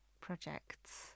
projects